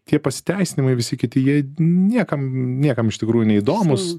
tie pasiteisinimai visi kiti jie niekam niekam iš tikrųjų neįdomūs